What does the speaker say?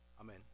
Amen